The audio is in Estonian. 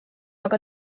aga